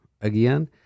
again